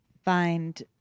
Find